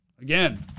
Again